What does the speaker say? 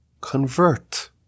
convert